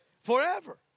Forever